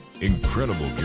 Incredible